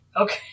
Okay